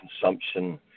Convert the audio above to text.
consumption